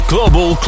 Global